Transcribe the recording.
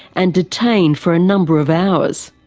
and detained for a number of hours.